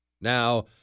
Now